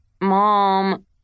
Mom